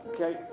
Okay